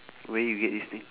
where you get this thing